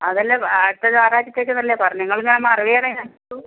അതല്ല അടുത്ത ഞായറാഴ്ചത്തേക്കെന്നല്ലേ പറഞ്ഞത് നിങ്ങൾ ഇങ്ങനെ മറവിയാണെങ്കിൽ എങ്ങനെ എത്തും